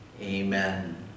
Amen